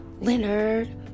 Leonard